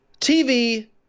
TV